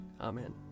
Amen